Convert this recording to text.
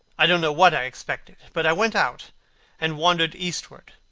i don't know what i expected, but i went out and wandered eastward,